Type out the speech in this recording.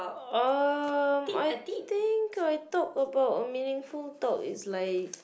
um I think I talk about a meaningful talk is like